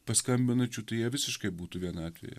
paskambinančių tai jie visiškai būtų vienatvėje